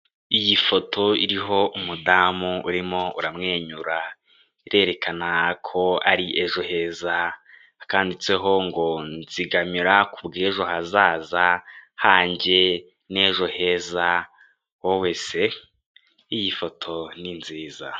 Iyi foto iriho umudamu urimo uramwenyura, irerekana ko ari ejo heza kanditseho ngo "nzigamira ku bw'ejo hazaza hanjye n'ejo heza wowe se"? iyi foto ni nziza.